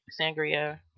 sangria